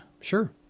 Sure